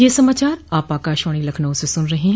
ब्रे क यह समाचार आप आकाशवाणी लखनऊ से सुन रहे हैं